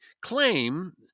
claim